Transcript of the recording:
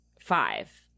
five